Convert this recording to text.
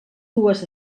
dues